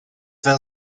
vem